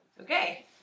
Okay